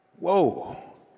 Whoa